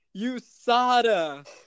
USADA